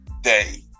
day